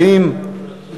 הבנקאות (שירות ללקוח) (תיקון מס' 19)